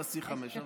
תעשי חמש.